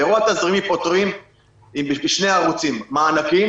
ואירוע תזרימי פותרים בשני ערוצים: מענקים,